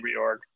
reorg